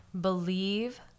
believe